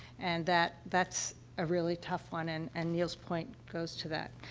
and that that's a really tough one, and and neil's point goes to that.